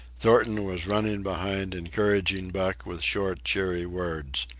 thornton was running behind, encouraging buck with short, cheery words.